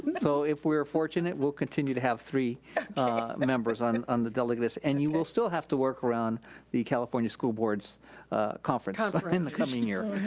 um so if we are fortunate, we'll continue to have three members on and on the delegate list, and you will still have to work around the california school board's conference in the coming year,